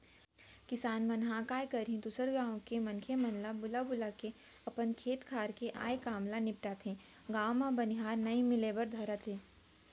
किसान मन ह काय करही दूसर गाँव के मनखे मन ल बुला बुलाके अपन खेत खार के आय काम ल निपटाथे, गाँव म बनिहार नइ मिले बर धरय त